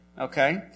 Okay